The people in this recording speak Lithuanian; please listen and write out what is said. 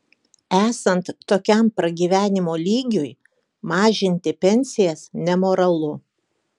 esant tokiam pragyvenimo lygiui mažinti pensijas nemoralu